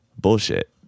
bullshit